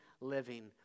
living